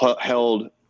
held